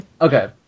Okay